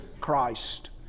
Christ